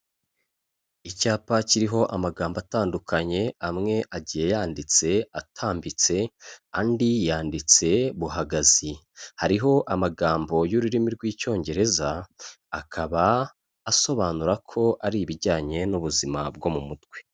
Icyapa kiriho amagambo atandukanye, amwe agiye yanditse atambitse andi yanditse buhagazi, hariho amagambo y'ururimi rw'icyongereza, akaba asobanura ko ari ibijyanye n'ubuzima bwo mu mutwe.